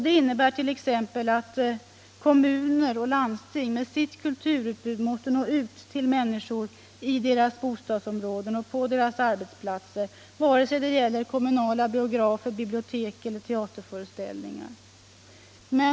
Det innebär t.ex. att kommuner och landsting med sitt kulturutbud måste nå ut till människorna i deras bostadsområden ach på deras arbetsplatser, vare sig det gäller kommunala biografer, bialiotek eller teaterföreställningar.